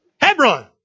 Hebron